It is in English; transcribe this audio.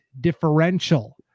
differential